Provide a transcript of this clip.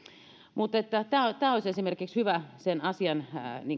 tämä olisi esimerkiksi hyvä sen asian